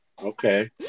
okay